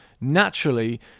naturally